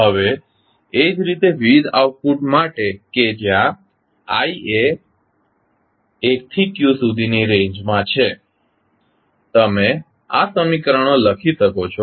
હવે એ જ રીતે વિવિધ આઉટપુટ માટે કે જ્ય I એ 1 થી q સુધીની રેંજ માં છે તમે આ સમીકરણો લખી શકો છો